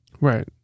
Right